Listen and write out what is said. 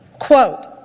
Quote